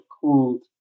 called